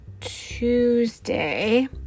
Tuesday